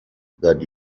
that